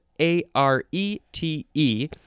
A-R-E-T-E